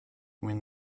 when